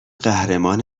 قهرمان